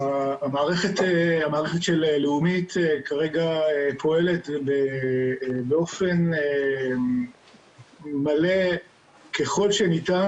המערכת של לאומית כרגע פועלת באופן מלא ככל שניתן